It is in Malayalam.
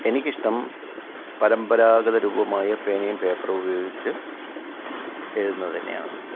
എനിക്ക് ഇഷ്ടം പരമ്പരാഗത രൂപമായ പേനയും പേപ്പറും ഉപയോഗിച്ചു എഴുതുന്നത് തന്നെയാണ്